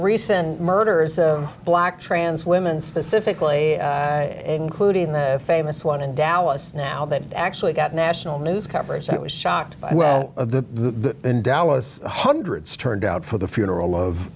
recent murder is black trans women specifically including the famous one in dallas now that actually got national news coverage i was shocked by the dallas hundreds turned out for the funeral of